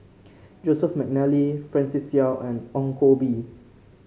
Joseph McNally Francis Seow and Ong Koh Bee